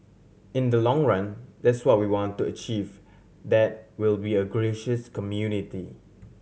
in the long run that's what we want to achieve that we'll be a gracious community